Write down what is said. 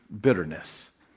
bitterness